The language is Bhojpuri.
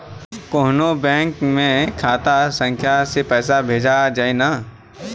कौन्हू बैंक के खाता संख्या से पैसा भेजा जाई न?